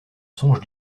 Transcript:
songe